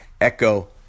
Echo